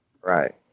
Right